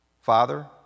Father